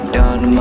done